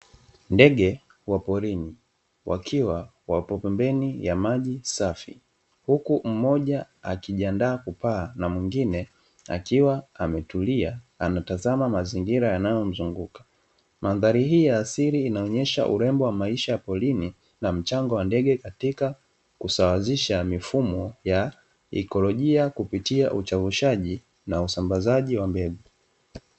Ndege wa porini wakiwa wapo pembeni ya maji safi, huku mmoja akijiandaa kupaa na mwingine akiwa ametulia anatazama mazingira yanayomzunguka, mandhari hii ya asili inaonesha urembo wa maisha porini na mchango wa ndege katika kusawazisha mifumo ya ikolojia kupitia uchavushaji na usambazaji wa mbegu.